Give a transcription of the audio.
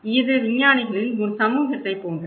இது விஞ்ஞானிகளின் ஒரு சமூகத்தைப் போன்றது